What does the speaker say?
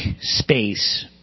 space